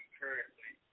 currently